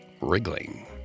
wriggling